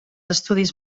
estudis